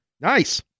Nice